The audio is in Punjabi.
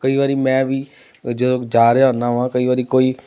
ਕਈ ਵਾਰੀ ਮੈਂ ਵੀ ਜਦੋਂ ਜਾ ਰਿਹਾ ਹੁੰਦਾ ਹਾਂ ਕਈ ਵਾਰੀ ਕੋਈ